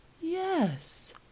Yes